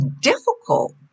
difficult